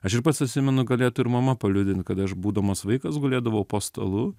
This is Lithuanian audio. aš ir pats atsimenu galėtų ir mama paliudyt kad aš būdamas vaikas gulėdavau po stalu